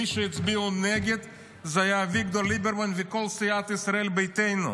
מי שהצביעו נגד היו אביגדור ליברמן וכל סיעת ישראל ביתנו.